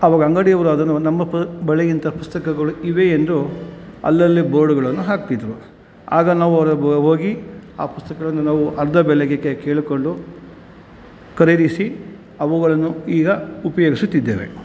ಅವಾಗ ಅಂಗಡಿಯವ್ರು ಅದನ್ನು ನಮ್ಮ ಪ ಬಳಿ ಇಂಥ ಪುಸ್ತಕಗಳು ಇವೆ ಎಂದು ಅಲ್ಲಲ್ಲಿ ಬೋರ್ಡ್ಗಳನ್ನು ಹಾಕ್ತಿದ್ದರು ಆಗ ನಾವು ಹೋಗಿ ಆ ಪುಸ್ತಕಗಳನ್ನು ನಾವು ಅರ್ಧ ಬೆಲೆಗೆ ಕೇಳಿಕೊಂಡು ಖರೀದಿಸಿ ಅವುಗಳನ್ನು ಈಗ ಉಪಯೋಗಿಸುತ್ತಿದ್ದೇವೆ